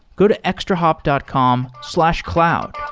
go to extrahop dot com slash cloud.